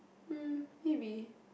hm maybe